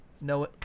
no